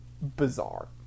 bizarre